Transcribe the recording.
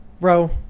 bro